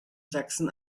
sachsen